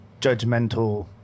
Judgmental